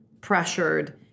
pressured